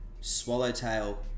swallowtail